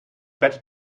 better